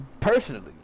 personally